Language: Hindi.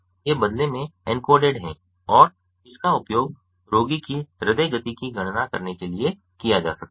ये बदले में एन्कोडेड हैं और इसका उपयोग रोगी की हृदय गति की गणना करने के लिए किया जा सकता है